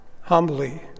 humbly